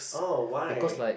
oh why